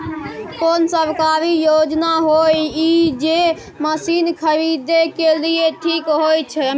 कोन सरकारी योजना होय इ जे मसीन खरीदे के लिए ठीक होय छै?